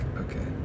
okay